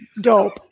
Dope